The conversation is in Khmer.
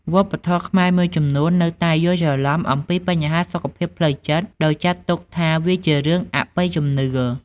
វប្បធម៌ខ្មែរមួយចំនួននៅតែយល់ច្រឡំអំពីបញ្ហាសុខភាពផ្លូវចិត្តដោយចាត់ទុកថាវាជារឿងអបិយជំនឿ។